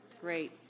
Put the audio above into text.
Great